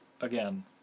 again